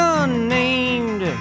unnamed